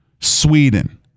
Sweden